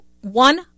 one